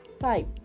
five